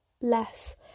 less